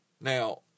Now